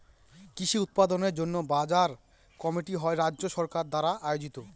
কৃষি উৎপাদনের জন্য বাজার কমিটি হয় রাজ্য সরকার দ্বারা আয়োজিত